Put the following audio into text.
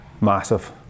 Massive